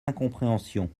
incompréhensions